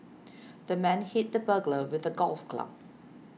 the man hit the burglar with a golf club